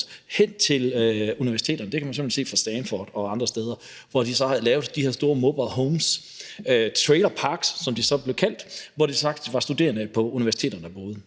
hen til universiteterne. Det kan man se på Stanford og andre steder, hvor de så havde lavet de her store trailerparks, som de så blev kaldt, med mobilehomes, hvor de studerende på universiteterne boede.